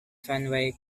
fenway